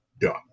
done